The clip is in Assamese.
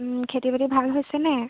খেতি বাতি ভাল হৈছেনে